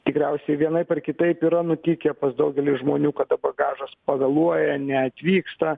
tikriausiai vienaip ar kitaip yra nutikę pas daugelį žmonių kada bagažas pavėluoja neatvyksta